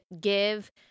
give